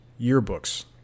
yearbooks